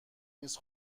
نیست